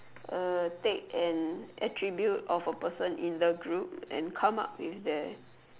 uh take an attribute of a person in the group and come up with the